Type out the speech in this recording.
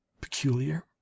peculiar